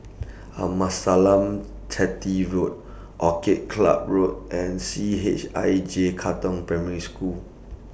Amasalam Chetty Road Orchid Club Road and C H I J Katong Primary School